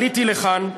עליתי לכאן,